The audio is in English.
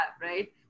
right